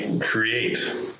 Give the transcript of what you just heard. create